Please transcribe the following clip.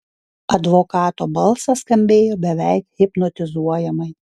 advokato balsas skambėjo beveik hipnotizuojamai